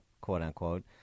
quote-unquote